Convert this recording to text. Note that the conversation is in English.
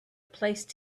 placed